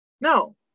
no